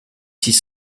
six